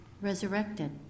resurrected